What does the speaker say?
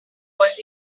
was